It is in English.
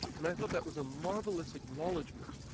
and i thought that was a marvellous acknowledgement,